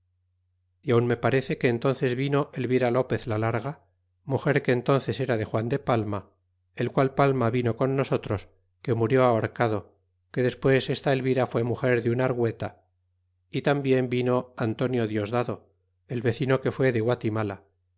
y aun me parece que entúnces vino elvira lopez la larga mugar que entúnces era de juan de palma el qual palma vino con nosotros que murió ahorcado que despues esta elvira fm'e mugar de un argueta y tambien vino antonio diosdado el vecino que fué de guatimala